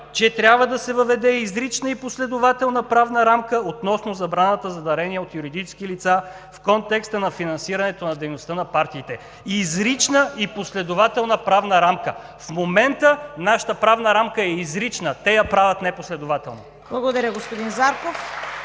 че: „трябва да се въведе изрична и последователна правна рамка относно забраната за дарения от юридически лица в контекста на финансирането на дейността на партиите“. Изрична и последователна правна рамка! В момента нашата правна рамка е изрична и те я правят непоследователна. (Ръкопляскания от